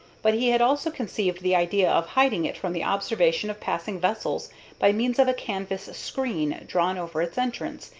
but he had also conceived the idea of hiding it from the observation of passing vessels by means of a canvas screen drawn over its entrance,